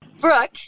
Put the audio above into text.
Brooke